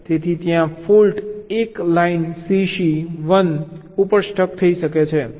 તેથી ત્યાં fault 1 line C C 1 ઉપર સ્ટક થઈ શકે છે